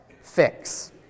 fix